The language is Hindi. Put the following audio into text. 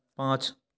पाँच